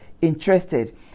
interested